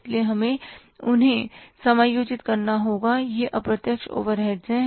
इसलिए हमें उन्हें समायोजित करना होगा यह अप्रत्यक्ष ओवरहेड्स हैं